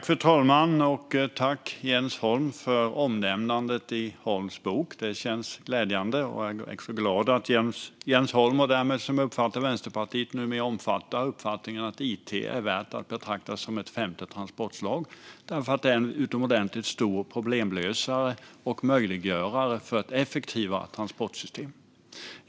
Fru talman! Tack, Jens Holm, för omnämnandet i Holms bok! Det känns glädjande, och jag är glad att Jens Holm och därmed, som jag uppfattar det, också Vänsterpartiet numera omfattar uppfattningen att it är värt att betrakta som ett femte transportslag. Det är en utomordentligt stor problemlösare och möjliggörare för ett effektivare transportsystem.